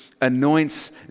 anoints